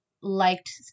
liked